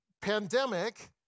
pandemic